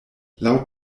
laŭ